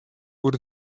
oer